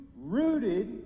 rooted